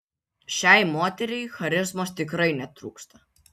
šiai moteriai charizmos tikrai netrūksta